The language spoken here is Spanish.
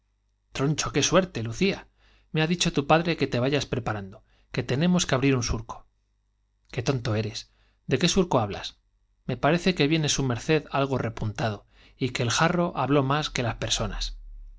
troncho qué suerte lucía me tenemos que padre que te vayas preparando que abrir un surco qué tonto eres de qué surco hablas me merced algo repuntado y que el parece que viene su jarro habló más que las personas